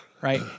Right